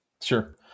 Sure